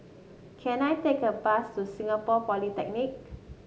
can I take a bus to Singapore Polytechnic